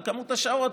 מספר השעות